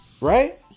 Right